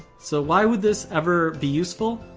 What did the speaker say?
so why would this ever be useful?